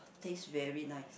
taste very nice